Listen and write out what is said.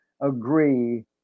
agree